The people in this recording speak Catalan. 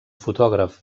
fotògraf